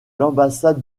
l’ambassade